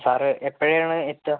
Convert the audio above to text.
sir എപ്പോഴാണ് എത്തുക